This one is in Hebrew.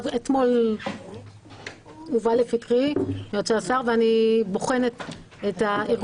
אתמול הובא לפתחי ואני בוחנת את הארגון